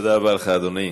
תודה רבה לך, אדוני.